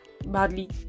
Badly